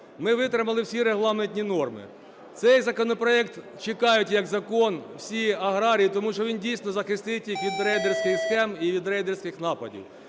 ми витримали всі регламентні норми. Цей законопроект чекають як закон всі аграрії, тому що він дійсно захистить їх від рейдерських схем і від рейдерських нападів.